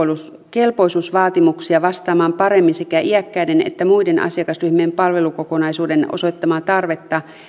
kelpoisuusvaatimuksia vastaamaan paremmin sekä iäkkäiden että muiden asiakasryhmien palvelukokonaisuuden osoittamaa tarvetta